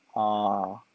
uh uh